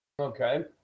Okay